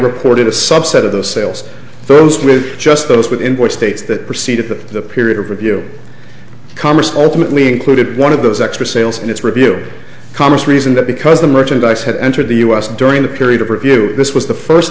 reported a subset of those sales those with just those within which states that proceeded to the period of review commerce ultimately included one of those extra sales and its review congress reason that because the merchandise had entered the us during the period of review this was the first